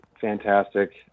fantastic